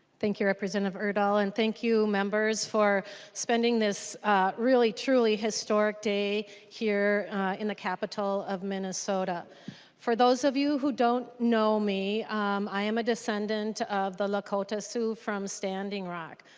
thank you representative urdahl and thank you members for spending this really truly historic day here in the capital of minnesota for those of you who don't know me i'm a descendent of the lakota sioux from standing rock.